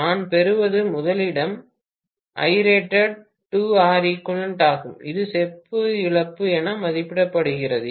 நான் பெறுவது முதலிடம் Irated 2 Req ஆகும் இது செப்பு இழப்பு என மதிப்பிடப்படுகிறது